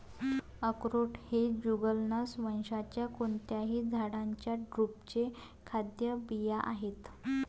अक्रोड हे जुगलन्स वंशाच्या कोणत्याही झाडाच्या ड्रुपचे खाद्य बिया आहेत